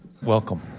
Welcome